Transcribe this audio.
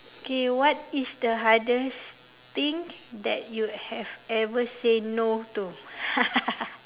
K what is the hardest thing that you have ever said no to